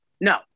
No